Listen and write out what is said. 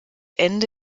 ende